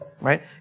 Right